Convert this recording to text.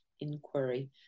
inquiry